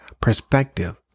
perspective